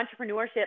entrepreneurship